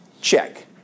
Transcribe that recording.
Check